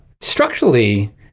structurally